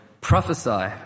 prophesy